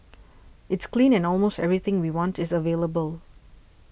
it's clean and almost everything we want is available